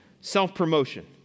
self-promotion